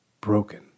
broken